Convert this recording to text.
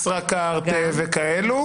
ישראכרט וכאלו,